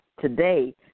today